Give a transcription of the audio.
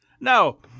No